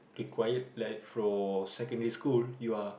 required like for secondary school you are